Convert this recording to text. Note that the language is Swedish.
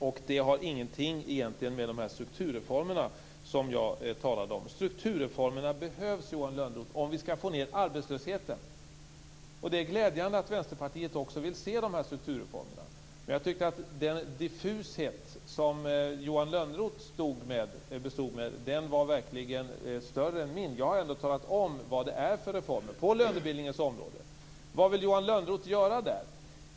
Det har egentligen ingenting att göra med de strukturreformer som jag talade om. Strukturreformerna behövs, Johan Lönnroth, om vi skall få ned arbetslösheten. Det är glädjande att Vänsterpartiet också vill se de strukturreformerna. Men den diffushet som Johan Lönnroth bestod oss med var större än min. Jag har ändå talat om vad det är för reformer på lönebildningens område. Vad vill Johan Lönnroth göra där?